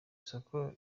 soko